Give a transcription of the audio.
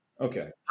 Okay